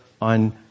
on